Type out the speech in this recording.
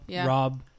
Rob